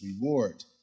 reward